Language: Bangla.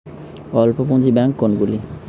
অল্প পুঁজি ব্যাঙ্ক কোনগুলি?